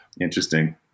Interesting